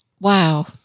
Wow